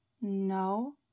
No